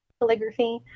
calligraphy